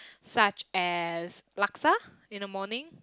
such as laksa in the morning